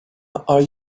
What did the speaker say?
are